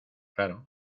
claro